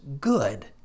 good